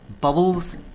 Bubbles